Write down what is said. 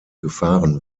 gefahren